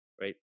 Right